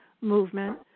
movement